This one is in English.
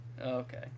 Okay